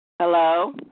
hello